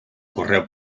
correu